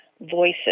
voices